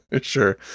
Sure